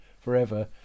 forever